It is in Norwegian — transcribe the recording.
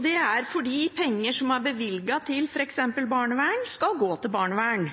Det er fordi penger som er bevilget til f.eks. barnevern, skal gå til barnevern,